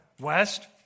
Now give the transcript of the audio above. west